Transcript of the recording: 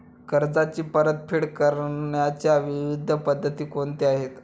कर्जाची परतफेड करण्याच्या विविध पद्धती कोणत्या आहेत?